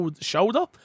shoulder